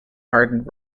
hardened